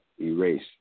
Erase